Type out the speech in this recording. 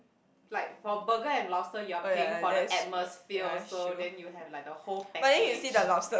like for burger and lobster you are paying for the atmosphere also then you have like the whole package